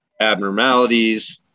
abnormalities